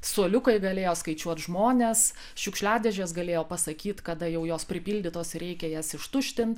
suoliukai galėjo skaičiuot žmones šiukšliadėžės galėjo pasakyt kada jau jos pripildytos ir reikia jas ištuštinti